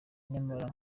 nyamara